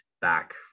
back